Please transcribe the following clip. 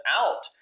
out